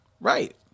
Right